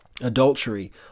Adultery